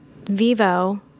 Vivo